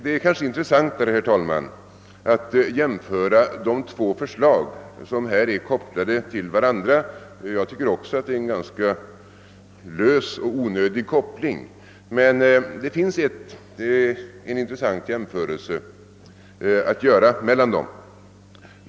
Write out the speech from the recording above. Men intressantare, herr talman, är att jämföra de två förslag som är kopplade till varandra. Jag tycker ju också att det är en ganska lös och onödig sammankoppling, men man kan göra en intressant jämförelse.